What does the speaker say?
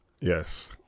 Yes